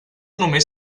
només